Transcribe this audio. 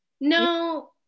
No